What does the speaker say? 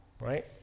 right